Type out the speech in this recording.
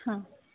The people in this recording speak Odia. ହଁ